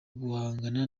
guhangana